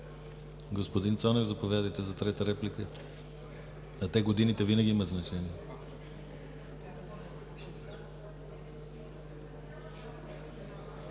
Господин Цонев, заповядайте за трета реплика. Те годините винаги имат значение.